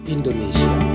Indonesia